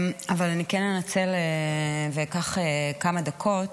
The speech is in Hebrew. אבל אני כן אנצל ואקח כמה דקות,